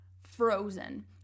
frozen